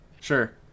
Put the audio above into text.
Sure